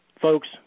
Folks